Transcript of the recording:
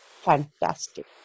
fantastic